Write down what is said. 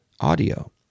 audio